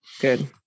Good